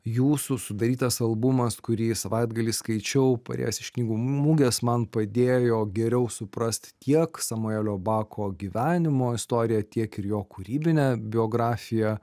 jūsų sudarytas albumas kurį savaitgalį skaičiau parėjęs iš knygų mugės man padėjo geriau suprast tiek samuelio bako gyvenimo istoriją tiek ir jo kūrybinę biografiją